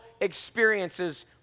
experiences